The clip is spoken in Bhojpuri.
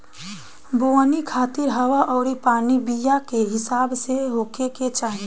बोवनी खातिर हवा अउरी पानी बीया के हिसाब से होखे के चाही